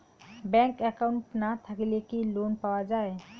Bank account না থাকিলে কি লোন পাওয়া য়ায়?